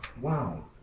Wow